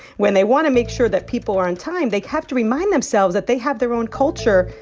when they want to make sure that people are on time, they have to remind themselves that they have their own culture,